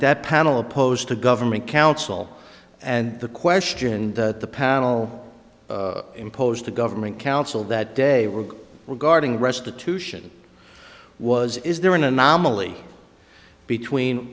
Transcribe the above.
that panel opposed to government counsel and the question that the panel imposed the government counsel that day were regarding restitution was is there an anomaly between